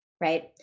right